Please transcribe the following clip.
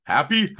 Happy